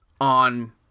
on